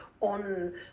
on